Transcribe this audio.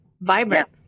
vibrant